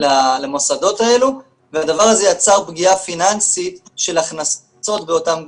למוסדות האלה והדבר הזה יצר פגיעה פיננסית של הכנסות באותם גופים.